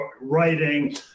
writing